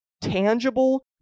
tangible